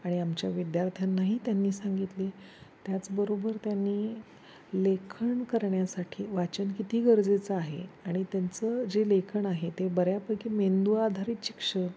आणि आमच्या विद्यार्थ्यांनाही त्यांनी सांगितले त्याचबरोबर त्यांनी लेखन करण्यासाठी वाचन किती गरजेचं आहे आणि त्यांचं जे लेखन आहे ते बऱ्यापैकी मेंदू आधारित शिक्षण